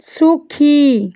সুখী